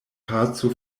paco